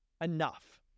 enough